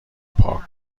پارک